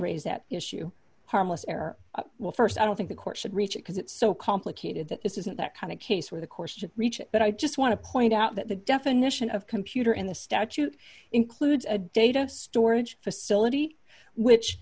raised that issue harmless error well st i don't think the court should reach it because it's so complicated that this isn't that kind of case where the course should reach but i just want to point out that the definition of computer in the statute includes a data storage facility which